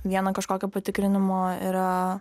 vieno kažkokio patikrinimo yra